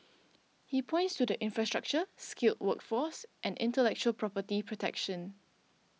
he points to the infrastructure skilled workforce and intellectual property protection